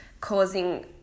causing